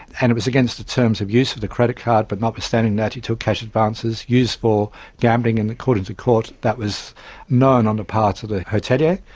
and it was against the terms of use of the credit card, but notwithstanding that he took cash advances used for gambling, and according to the court that was known on the part of the hotelier.